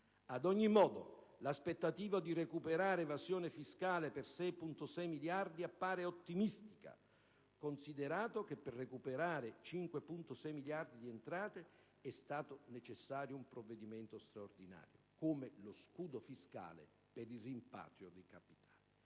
Ad ogni modo, l'aspettativa di recuperare evasione fiscale per 6,6 miliardi appare ottimistica, considerato che per recuperare 5,6 miliardi di entrate è stato necessario un provvedimento straordinario, come lo scudo fiscale per il rimpatrio dei capitali.